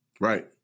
Right